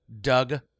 Doug